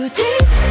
deep